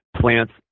plants